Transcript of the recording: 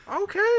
okay